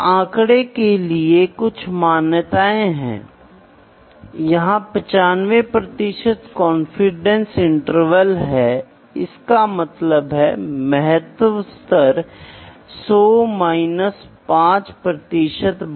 तो यहां आपको इस तरह के एक हिस्से का निर्माण करने की आवश्यकता है ताकि आपको सबसे अच्छा प्रदर्शन मिले और यह निर्माण करना है और जो मिला है जैसा कि 998 मिलीमीटर के व्यास के शाफ्ट का निर्माण करना है